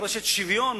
דורשת שוויון,